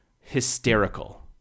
hysterical